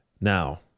Now